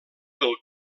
del